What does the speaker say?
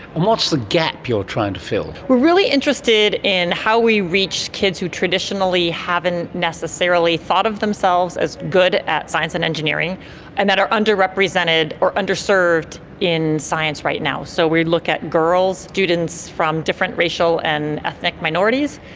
and what's the gap you are trying to fill? we are really interested in how we reach kids who traditionally haven't necessarily thought of themselves as good at science and engineering and that are underrepresented or underserved in science right now. so we look at girl students from different racial and ethnic minorities.